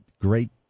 great